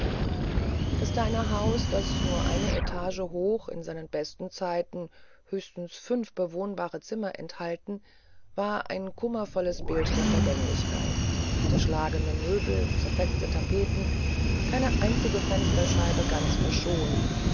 das kleine haus das nur eine etage hoch in seinen besten zeiten höchstens fünf bewohnbare zimmer enthalten war ein kummervolles bild der vergänglichkeit zerschlagene möbel zerfetzte tapeten keine einzige fensterscheibe ganz verschont